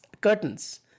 curtains